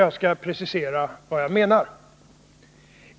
Jag skall precisera vad jag menar.